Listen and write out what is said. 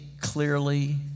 clearly